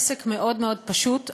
העסק מאוד מאוד פשוט,